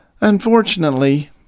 Unfortunately